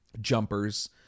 Jumpers